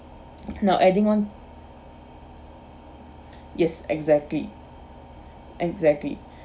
now adding on yes exactly exactly